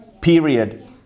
Period